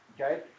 Okay